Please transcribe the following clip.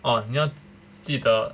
orh 你要记得